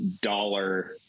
dollar